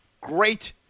Great